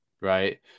Right